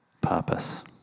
Purpose